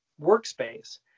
workspace